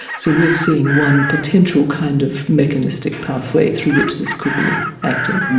so we're seeing one potential kind of mechanistic pathway through which this could be acting.